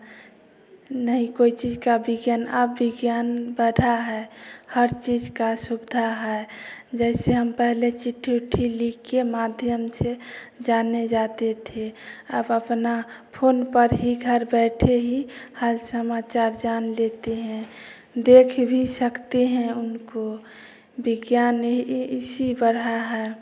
नहीं कोई चीज़ का विज्ञान अब विज्ञान बढ़ा है हर चीज़ का सुविधा है जैसे हम पहले चिट्ठी उट्ठी लिख कर माध्यम से जाने जाते थे अब अपना फोन पर ही घर बैठे ही हाल समाचार जान लेते हैं देख भी सकते हैं उनको विज्ञान यही यह इसी बढ़ा है